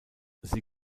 sie